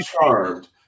Charmed